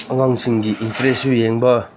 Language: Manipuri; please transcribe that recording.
ꯑꯉꯥꯡꯁꯤꯡꯒꯤ ꯏꯟꯇꯔꯦꯁꯁꯨ ꯌꯦꯡꯕ